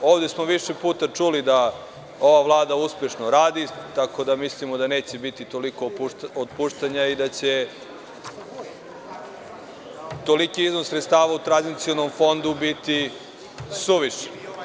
Ovde smo više puta čuli da ova Vlada uspešno radi, tako da mislimo da neće biti toliko otpuštanja i da će toliko iznos sredstava u tranzionom fondu biti suvišan.